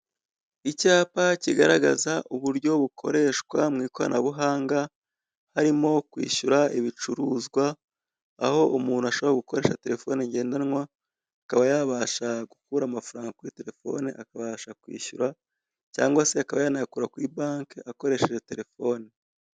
Icyapa kigaragaza uburyo bukoreshwa mu ikoranabuhanga, harimo kwishyura ibicuruzwa, aho umuntu ashobora gukoresha telefone ngendanwa, akaba yabasha gukura amafaranga kuri telefoni akabasha kwishyura, cyangwa se akaba yanayakura kuri banki akoresheje telefone.